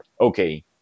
okay